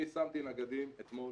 אני שמתי נגדים אתמול